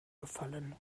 befallen